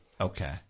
Okay